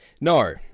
no